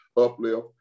uplift